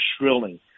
shrilling